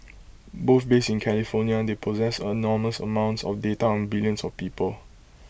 both based in California they possess enormous amounts of data on billions of people